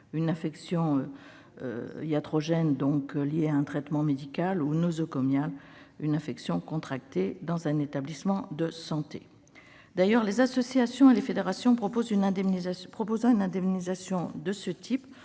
une affection iatrogène liée à un traitement médical ou une infection nosocomiale contractée dans un établissement de santé. D'ailleurs les associations et les fédérations proposant une indemnisation de ce type